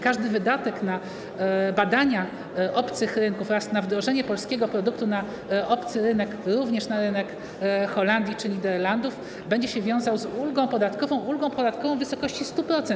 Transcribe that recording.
Każdy wydatek na badania obcych rynków oraz na wprowadzenie polskiego produktu na obcy rynek, również na rynek Holandii czy Niderlandów, będzie się wiązał z ulgą podatkową w wysokości 100%.